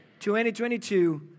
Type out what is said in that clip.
2022